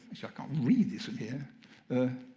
i can't read this in here.